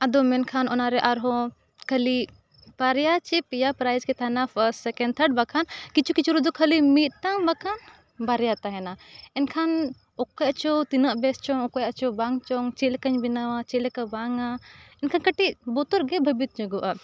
ᱟᱫᱚ ᱢᱮᱱᱠᱷᱟᱱ ᱚᱱᱟᱨᱮ ᱟᱨᱦᱚᱸ ᱠᱷᱟᱹᱞᱤ ᱵᱟᱨᱭᱟ ᱥᱮ ᱯᱮᱭᱟ ᱯᱨᱟᱭᱤᱡᱽ ᱜᱮ ᱛᱟᱦᱮᱱᱟ ᱯᱷᱟᱥ ᱥᱮᱠᱮᱱᱰ ᱛᱷᱟᱨᱰ ᱵᱟᱠᱷᱟᱱ ᱠᱤᱪᱷᱩ ᱠᱤᱪᱷᱩ ᱨᱮᱫᱚ ᱠᱷᱟᱹᱞᱤ ᱢᱤᱫᱴᱟᱝ ᱵᱟᱠᱷᱟᱱ ᱵᱟᱨᱭᱟ ᱛᱟᱦᱮᱱᱟ ᱮᱱᱠᱷᱟᱱ ᱚᱠᱚᱭᱟᱜ ᱪᱚ ᱛᱤᱱᱟᱹᱜ ᱵᱮᱥ ᱪᱚᱝ ᱚᱠᱚᱭᱟᱜ ᱪᱚᱝ ᱵᱟᱝ ᱪᱚᱝ ᱪᱮᱫ ᱞᱮᱠᱟᱧ ᱵᱮᱱᱟᱣᱟ ᱪᱮᱫ ᱞᱮᱠᱟ ᱵᱟᱝᱟ ᱮᱱᱠᱷᱟᱱ ᱠᱟᱹᱴᱤᱡ ᱵᱚᱛᱚᱨ ᱜᱮ ᱵᱷᱟᱹᱵᱤᱛ ᱧᱚᱜᱚᱜᱼᱟ